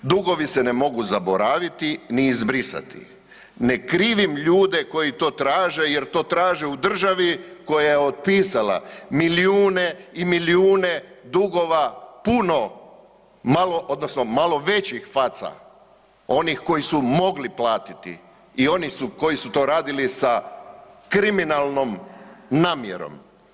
Dugovi se ne mogu zaboraviti, ni izbrisati, ne krivim ljude koji to traže jer to traže u državi koja je otpisala milijune i milijune dugova puno odnosno malo većih faca onih koji su mogli platiti i oni koji su to radili sa kriminalnom namjerom.